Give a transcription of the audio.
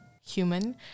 human